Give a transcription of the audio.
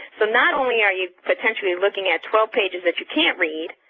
so not only are you potentially looking at twelve pages that you can't read,